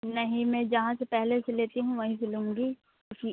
नहीं मैं जहाँ से पहेले से लेती हूँ वहीं से लूँगी उसी